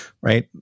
Right